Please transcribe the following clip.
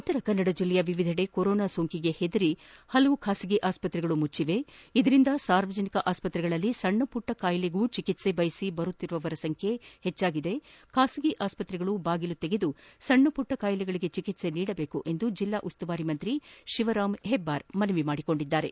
ಉತ್ತರ ಕನ್ನಡ ಜಿಲ್ಲೆಯ ವಿವಿಧೆಡೆ ಕೊರೋನಾ ಸೋಂಕಿಗೆ ಹೆದರಿ ಹಲವು ಖಾಸಗಿ ಆಸ್ಪತ್ರೆಗಳು ಮುಚ್ಚಿದ್ದು ಇದರಿಂದ ಸಾರ್ವಜನಿಕ ಆಸ್ಪತ್ರೆಗಳಲ್ಲಿ ಸಣ್ಣಪುಟ್ಟ ಕಾಯಿಲೆಗಳಿಗೆ ಚಿಕಿತ್ಲ ಬಯಸಿ ಬರುತ್ತಿರುವವರ ಸಂಖ್ಯೆ ಹೆಚ್ಚಾಗಿರುವುದರಿಂದ ಖಾಸಗಿ ಆಸ್ಪತ್ರೆಗಳು ಬಾಗಿಲು ತೆರೆದು ಸಣ್ಣಪುಟ್ಟ ಕಾಯಿಲೆಗಳಿಗೆ ಚಿಕಿತ್ಸೆ ನೀಡಬೇಕು ಎಂದು ಜಿಲ್ಲಾ ಉಸ್ತುವಾರಿ ಸಚಿವ ಶಿವರಾಮ್ ಹೆಬ್ಬಾರ್ ಮನವಿ ಮಾಡಿದ್ದಾರೆ